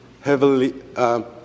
heavily